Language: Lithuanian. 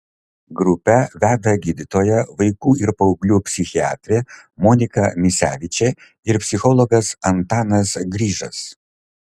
grupę veda gydytoja vaikų ir paauglių psichiatrė monika misevičė ir psichologas antanas grižas